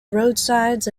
roadsides